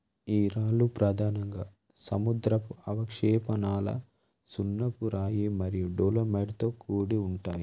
ఈ రాళ్ళు ప్రధానంగా సముద్రపు అవక్షేపణాల సున్నపురాయి మరియు డోలోమైట్తో కూడి ఉంటాయి